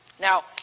Now